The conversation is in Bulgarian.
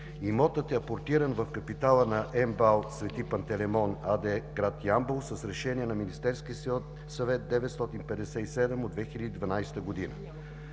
Имотът е апортиран в капитала на МБАЛ „Свети Панталеймон“ АД – град Ямбол, с Решение на Министерския съвет № 957 от 2012 г.